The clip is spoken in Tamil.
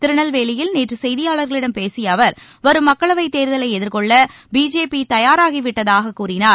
திருநெல்வேலியில் நேற்று செய்தியாளர்களிடம் பேசிய அவர் வரும் மக்களவைத் தேர்தலை எதிர்கொள்ள பிஜேபி தயாராகி விட்டதாகக் கூறினார்